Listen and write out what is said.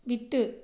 விட்டு